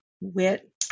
wit